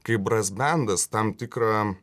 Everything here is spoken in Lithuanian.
kaip brasbendas tam tikrą